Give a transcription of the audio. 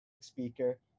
speaker